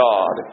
God